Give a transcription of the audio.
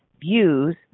views